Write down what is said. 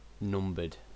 numbered